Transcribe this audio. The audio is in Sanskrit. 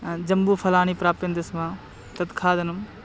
जम्बुफलानि प्राप्यन्ते स्म तत् खादनं